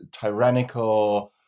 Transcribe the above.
tyrannical